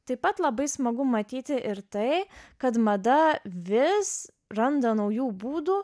taip pat labai smagu matyti ir tai kad mada vis randa naujų būdų